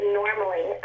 normally